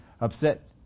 upset